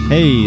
Hey